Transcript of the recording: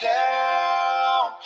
down